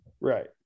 right